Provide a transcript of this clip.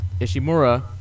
Ishimura